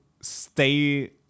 stay